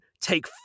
take